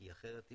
כי אחרת,